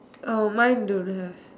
oh mine don't have